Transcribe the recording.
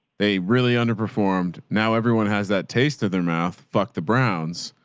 they really underperformed. now everyone has that taste of their mouth. fuck the browns.